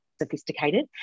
sophisticated